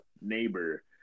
neighbor